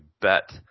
bet